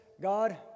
God